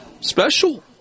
special